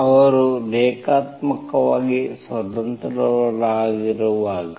ಅವರು ರೇಖಾತ್ಮಕವಾಗಿ ಸ್ವತಂತ್ರರಾಗಿರುವಾಗ